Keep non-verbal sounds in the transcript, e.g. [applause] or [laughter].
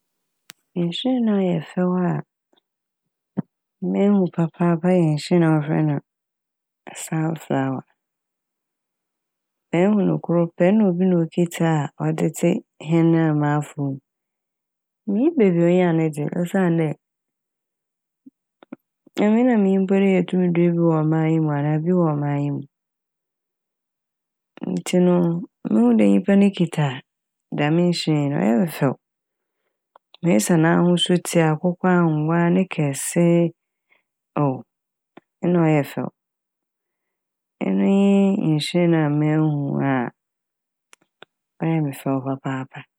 Nhyiren a ɔyɛ fɛw a mehu papaapa yɛ nhyiren a wɔfrɛ no "sunflower". Mehu no kor pɛ na obi na okitsa a ɔde tse hɛn a mafow mu. Minnyim beebia onya n' dze osiandɛ emi dze na minnyim mpo dɛ yetum dua bi wɔ ɔman yi mu anaa bi wɔ ɔman yi mu. Ntsi no muhuu dɛ nyimpa no kitsa a dɛm nhyiren no ɔyɛ me fɛw. Mesi a n'ahosu tse akokɔangoa ne kɛse [hesitation] na a ɔyɛ fɛw. Ɛno nye nhyiren na mehuu a ɔyɛ me fɛw papaapa.